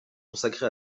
consacré